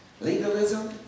legalism